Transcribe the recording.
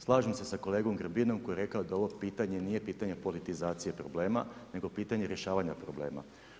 Slažem se sa kolegom Grbinom koji je rekao da ovo pitanje nije pitanje politizacije problema, nego pitanje rješavanje problema.